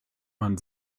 man